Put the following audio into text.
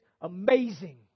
amazing